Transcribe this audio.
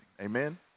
Amen